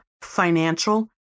Financial